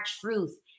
truth